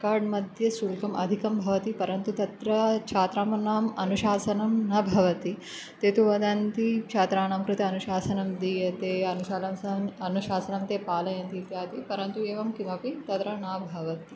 accord मध्ये शुल्कम् अधिकं भवति परन्तु तत्र छात्राणाम् अनुशासनं न भवति ते तु वदन्ति छात्राणां कृते अनुशासनं दीयते अनुशासनं ते पालयन्ति इत्यादि परन्तु इमं किमपि तत्र न भवति